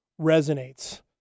resonates